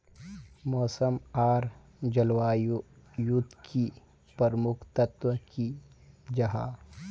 मौसम आर जलवायु युत की प्रमुख तत्व की जाहा?